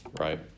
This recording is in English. right